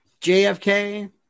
JFK